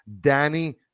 Danny